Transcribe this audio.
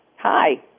Hi